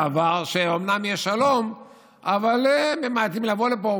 שאומנם יש שלום אבל הם ממעטים לבוא לפה.